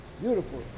Beautiful